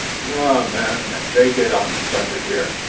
na fie, man, they get on splendid here,